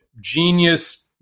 genius